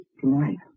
tonight